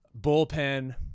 bullpen